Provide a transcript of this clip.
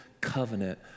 covenant